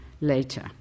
later